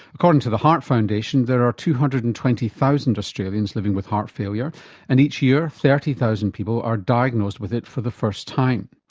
according to the heart foundation there are two hundred and twenty thousand australians living with heart failure and each year thirty thousand people are diagnosed with it for the first time.